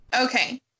okay